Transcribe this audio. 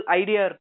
idea